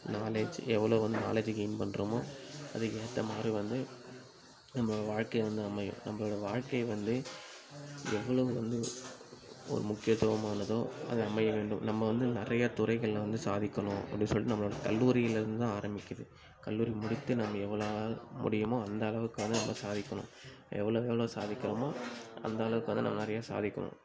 knowledge எவ்ளோ வந்து knowledge gain பண்ணுறோமோ அதுக்கு ஏற்ற மாதிரி வந்து நம்பளோட வாழ்க்கையை வந்து அமையும் நம்பளோட வாழ்க்கை வந்து எவ்ளோவு வந்து ஒரு முக்கியத்துவமானதோ அது அமைய வேண்டும் நம்ம வந்து நிறையா துறைகளில் வந்து சாதிக்கணும் அப்படி சொல்லிட்டு நம்மளோட கல்லூரியிலேருந்து தான் ஆரமிக்கிது கல்லூரி முடித்து நம்ம எவ்வளோ முடியுமோ அந்தளவுக்கு வந்து நம்ம சாதிக்கணும் எவ்வளோக்கு எவ்வளோ சாதிக்கணுமோ அந்தளவுக்கு வந்து நம்ம நிறையா சாதிக்கணும்